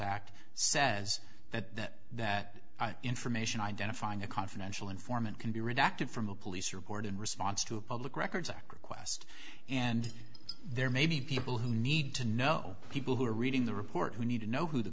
act says that that information identifying a confidential informant can be redacted from a police report in response to a public records request and there may be people who need to know people who are reading the report who need to know who the